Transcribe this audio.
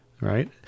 right